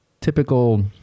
typical